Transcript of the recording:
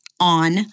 on